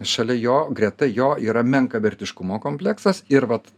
šalia jo greta jo yra menkavertiškumo kompleksas ir vat